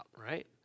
right